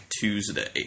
Tuesday